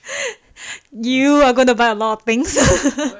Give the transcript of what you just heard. you are gonna buy a lot of things